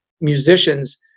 musicians